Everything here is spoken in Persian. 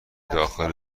داخل